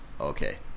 Okay